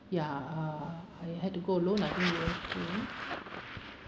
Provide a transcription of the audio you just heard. ya uh I had to go alone I think you were working